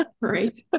Right